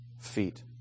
feet